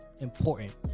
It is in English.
important